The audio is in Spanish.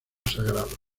sagrado